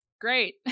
Great